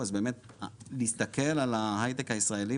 אז באמת להסתכל על ההיי-טק הישראלי,